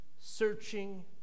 searching